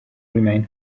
remain